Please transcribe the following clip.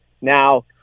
Now